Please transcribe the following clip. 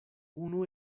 unu